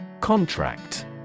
Contract